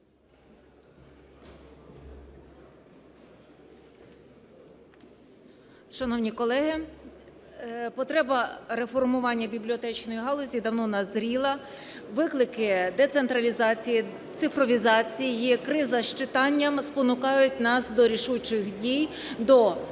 Шановні колеги, потреба реформування бібліотечної галузі давно назріла. Виклики децентралізації, цифровізації, є криза з читанням, спонукають нас до рішучих дій: до